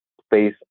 space